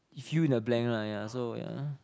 fill in the blank lah yeah so yeah